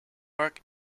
work